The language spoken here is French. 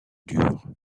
dur